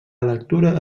lectura